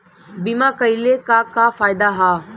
बीमा कइले का का फायदा ह?